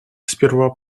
сперва